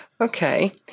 Okay